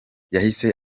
yahise